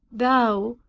thou,